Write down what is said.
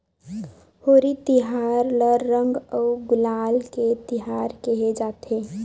होरी तिहार ल रंग अउ गुलाल के तिहार केहे जाथे